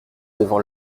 devant